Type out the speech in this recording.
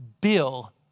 Bill